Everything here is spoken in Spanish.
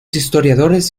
historiadores